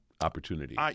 opportunity